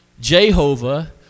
Jehovah